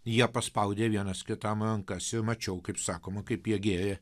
jie paspaudė vienas kitam rankas ir mačiau kaip sakoma kaip jie gėrė